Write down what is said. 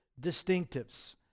distinctives